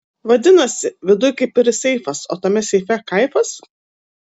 vadinasi viduj kaip ir seifas o tame seife kaifas